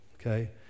okay